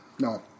No